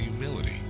humility